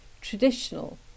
traditional